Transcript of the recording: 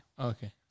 Okay